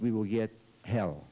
we will get hell